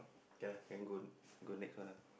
ya can go go next one ah